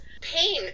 pain